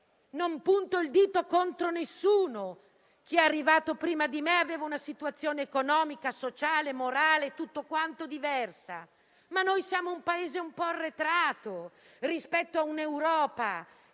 Non punto il dito contro nessuno: chi è arrivato prima di me aveva di fronte una situazione economica, sociale e morale totalmente diversa, ma il nostro è un Paese un po' arretrato rispetto a un'Europa